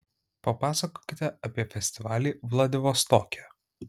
papasakokite apie festivalį vladivostoke